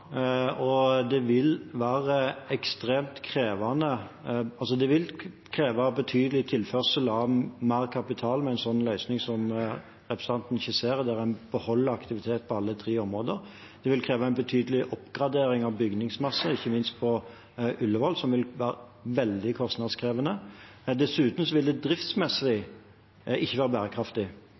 Det vil være ekstremt krevende, og det vil kreve betydelig tilførsel av mer kapital med en slik løsning som representanten skisserer, der en beholder aktivitet på alle tre områder. Det vil kreve en betydelig oppgradering av bygningsmassen, ikke minst på Ullevål, noe som vil være veldig kostnadskrevende. Dessuten vil det driftsmessig ikke være bærekraftig.